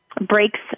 breaks